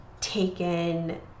taken